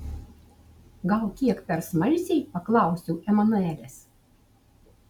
gal kiek per smalsiai paklausiau emanuelės